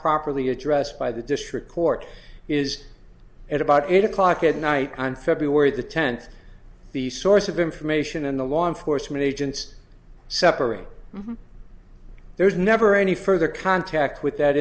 properly addressed by the district court is at about eight o'clock at night on february the tenth the source of information and the law enforcement agents separate there's never any further contact with that